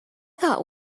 got